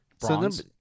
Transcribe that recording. bronze